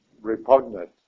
repugnant